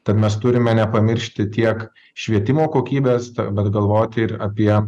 tad mes turime nepamiršti tiek švietimo kokybės bet galvoti ir apie